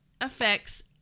affects